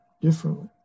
differently